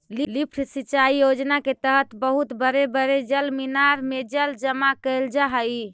lift सिंचाई योजना के तहत बहुत बड़े बड़े जलमीनार में जल जमा कैल जा हई